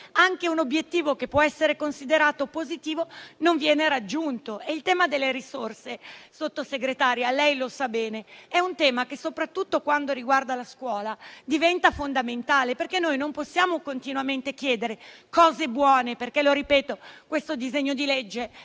anche un obiettivo che può essere considerato positivo non viene raggiunto. È il tema delle risorse, Sottosegretaria, lei lo sa bene; un tema che, soprattutto quando riguarda la scuola, diventa fondamentale, perché noi non possiamo continuamente chiedere cose buone. Ripeto: questo disegno di legge